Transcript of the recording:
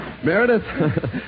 Meredith